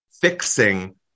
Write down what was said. fixing